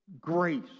grace